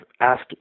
asked